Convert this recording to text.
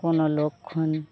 কোনো লক্ষণ